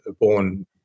born